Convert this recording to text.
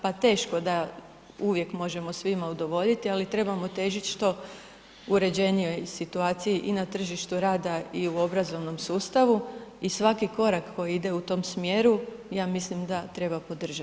Pa teško da uvijek možemo svima udovoljiti, ali trebamo težiti što uređenijoj situaciji i na tržištu rada i u obrazovnom sustavu i svaki korak koji ide u tom smjeru ja mislim da treba podržati.